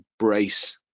embrace